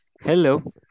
Hello